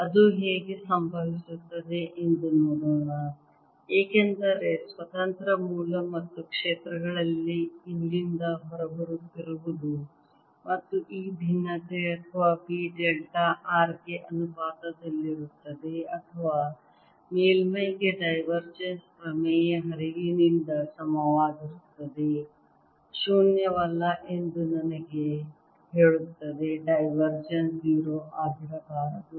ಅದು ಹೇಗೆ ಸಂಭವಿಸುತ್ತದೆ ಎಂದು ನೋಡೋಣ ಏಕೆಂದರೆ ಸ್ವತಂತ್ರ ಮೂಲ ಮತ್ತು ಕ್ಷೇತ್ರಗಳಲ್ಲಿ ಇಲ್ಲಿಂದ ಹೊರಬರುತ್ತಿರಬಹುದು ಮತ್ತು ಈ ಭಿನ್ನತೆ ಅಥವಾ B ಡೆಲ್ಟಾ r ಗೆ ಅನುಪಾತದಲ್ಲಿರುತ್ತದೆ ಅಥವಾ ಮೇಲ್ಮೈಗೆ ಡೈವರ್ಜೆನ್ಸ್ ಪ್ರಮೇಯ ಹರಿವಿನಿಂದ ಸಮನಾಗಿರುತ್ತದೆ ಶೂನ್ಯವಲ್ಲ ಎಂದು ನನಗೆ ಹೇಳುತ್ತದೆ ಡೈವರ್ಜೆನ್ಸ್ 0 ಆಗಿರಬಾರದು